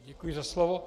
Děkuji za slovo.